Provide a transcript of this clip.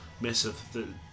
Massive